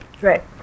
Right